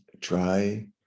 try